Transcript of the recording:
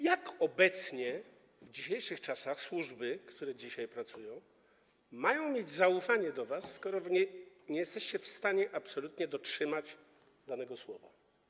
Jak obecnie, w dzisiejszych czasach służby, które dzisiaj pracują, mają mieć do was zaufanie, skoro wy nie jesteście w stanie absolutnie dotrzymać danego słowa?